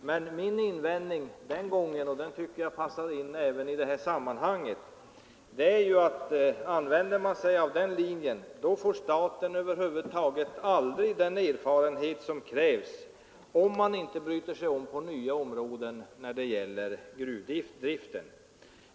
Min invändning den gången var — och den tycker jag passar även i det här sammanhanget — att staten över huvud taget aldrig får den erfarenhet som krävs om man inte går in på nya områden när det gäller gruvdriften.